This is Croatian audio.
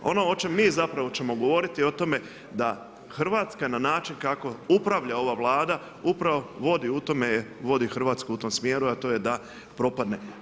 Ono o čem mi zapravo ćemo govoriti o tome da Hrvatska na način kako upravlja ova Vlada upravo vodi u tome Hrvatsku u tom smjeru, a to je da propadne.